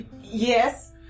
Yes